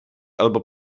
albo